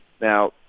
Now